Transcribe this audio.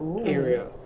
Area